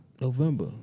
November